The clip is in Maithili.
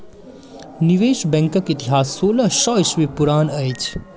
निवेश बैंकक इतिहास सोलह सौ ईस्वी पुरान अछि